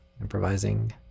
improvising